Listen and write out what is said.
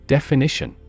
Definition